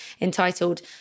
entitled